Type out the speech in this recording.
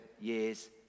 years